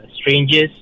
strangers